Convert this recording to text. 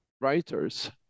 writers